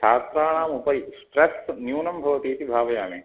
छात्राणाम् उपयि स्ट्रेस् न्यूनं भवति इति भावयामि